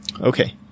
Okay